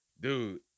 dude